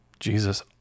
Jesus